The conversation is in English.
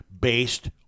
based